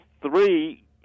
three